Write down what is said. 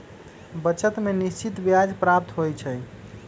बचत में निश्चित ब्याज प्राप्त होइ छइ